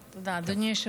סליחה, אני מתנצל.